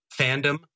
fandom